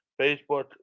Facebook